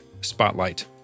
spotlight